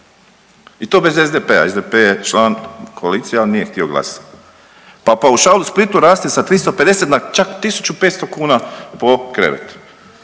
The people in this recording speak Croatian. i to bez SDP-a, SDP je član koalicije ali nije htio glasati pa paušal u Splitu raste sa 350 na čak 1500 kuna po krevetu.